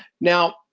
Now